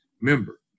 member